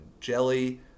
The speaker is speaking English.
jelly